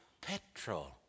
petrol